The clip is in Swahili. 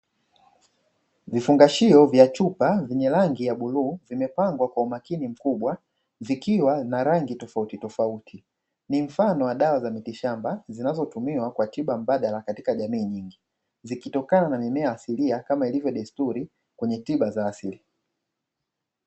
Vifungashio vya chupa vyenye rangi ya bluu vimepangw akwa umakini mkubwa vikiwa na rangi tofautitofauti, ni mfano wa dawa za mitishamba zinazotumiwa kwa tiba mbadala katika jamii nyingi, zikitikana na mimea asilia kama ilivyo desturi ya dawa asili.